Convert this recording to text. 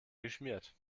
geschmiert